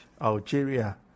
Algeria